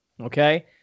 Okay